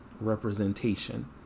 representation